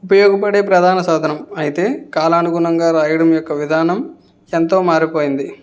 ఉపయోగపడే ప్రధాన సాధనం అయితే కాలానుగుణంగా వ్రాయడం యొక్క విధానం ఎంతో మారిపోయింది